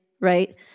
right